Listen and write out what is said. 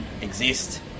exist